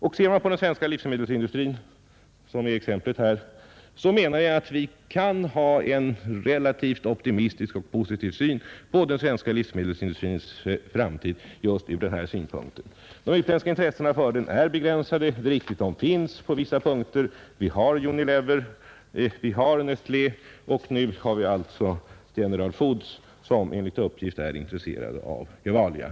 När det gäller den svenska livsmedelsindustrin, som är aktuell i detta fall, anser jag att vi bör kunna ha en relativt optimistisk syn på dess framtid ur just denna synpunkt. De utländska intressena inom denna industri är begränsade. Det är riktigt att de finns där — vi har Unilever och Nestlé, och nu är General Foods enligt uppgift intresserat av Gevalia.